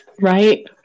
Right